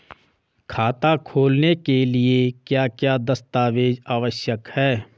खाता खोलने के लिए क्या क्या दस्तावेज़ आवश्यक हैं?